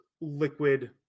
liquid